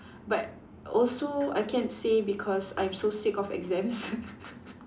but also I can't say because I'm so sick of exams